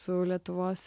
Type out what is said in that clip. su lietuvos